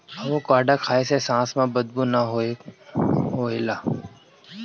avocado खाए से सांस में बदबू के ना होखेला